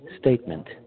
statement